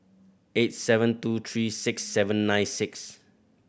eight seven two three six seven nine six